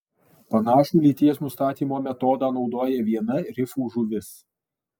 panašų lyties nustatymo metodą naudoja viena rifų žuvis